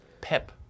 pep